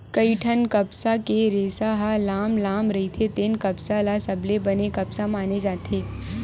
कइठन कपसा के रेसा ह लाम लाम रहिथे तेन कपसा ल सबले बने कपसा माने जाथे